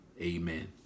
Amen